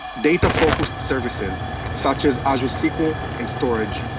data focused services such as azure sql and storage,